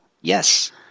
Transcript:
Yes